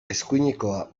eskuinekoa